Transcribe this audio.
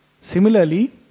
similarly